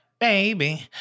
baby